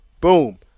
boom